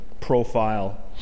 profile